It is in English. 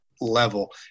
level